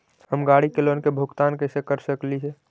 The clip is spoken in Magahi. हम गाड़ी के लोन के भुगतान कैसे कर सकली हे?